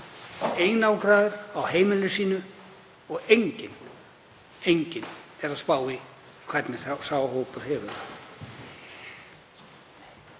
einangraðir á heimili sínu og enginn er að spá í hvernig sá hópur hefur